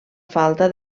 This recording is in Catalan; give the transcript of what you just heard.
falta